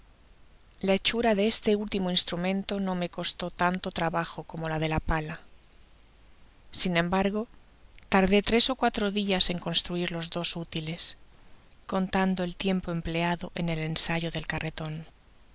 la hechura de este último instrumento no me costó tanto trabajo como la de la pala sin embargo tardó tres ó cuatro dias en construir los dos útiles contando el tiempo empleado en el ensayo del carreton